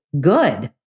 good